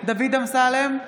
דוד אמסלם,